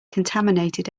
contaminated